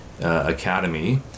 academy